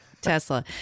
Tesla